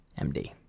MD